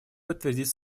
подтвердить